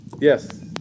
Yes